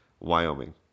Wyoming